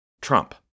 Trump